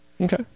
Okay